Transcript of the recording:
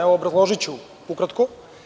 Evo obrazložiću ukratko.